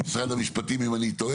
משרד המשפטים יגידו לי אם אני טועה.